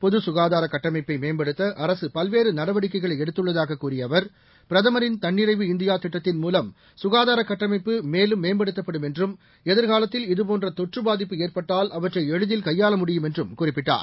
பொதுக்காதார கட்டமைப்பை மேம்படுத்த அரசு பல்வேறு நடவடிக்கைகளை எடுத்துள்ளதாக கூறிய அவர் பிரதமரின் தன்னிறைவு இந்தியா திட்டத்தின் மூலம் சுகாதார கட்டமைப்பு மேலும் மேம்படுத்தப்படும் என்றும் எதிர்காலத்தில் இதுபோன்ற தொற்று பாதிப்பு ஏற்பட்டால் அவற்றை எளிதில் கையாள முடியும் என்றும் குறிப்பிட்டார்